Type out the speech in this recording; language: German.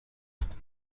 bitte